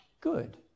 Good